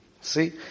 See